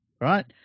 right